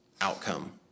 outcome